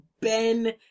Ben